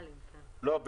לא,